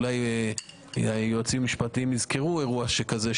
אולי היועצים המשפטיים יזכרו אירוע כזה,